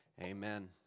Amen